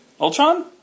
Ultron